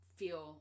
feel